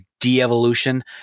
de-evolution